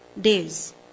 days